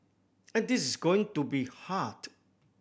and this is going to be hard